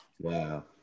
Wow